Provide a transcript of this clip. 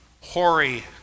hoary